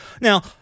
Now